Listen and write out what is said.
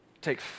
Take